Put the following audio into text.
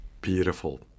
Beautiful